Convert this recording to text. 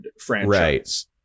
franchise